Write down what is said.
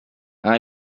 aha